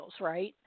right